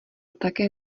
také